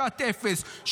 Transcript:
שעת אפס,